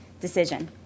decision